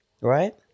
Right